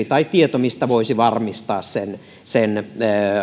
tai tiedosta mistä voisi varmistaa sen sen